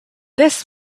this